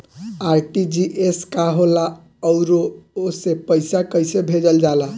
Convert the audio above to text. RTGS का होला आउरओ से पईसा कइसे भेजल जला?